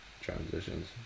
transitions